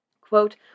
quote